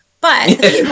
but-